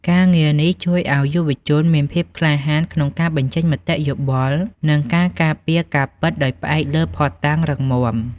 ការងារនេះជួយឱ្យយុវជនមានភាពក្លាហានក្នុងការបញ្ចេញមតិយោបល់ និងការការពារការពិតដោយផ្អែកលើភស្តុតាងរឹងមាំ។